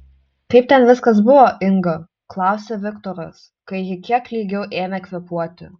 kaip ten viskas buvo inga klausė viktoras kai ji kiek lygiau ėmė kvėpuoti